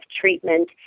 treatment